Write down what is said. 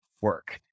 work